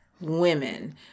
women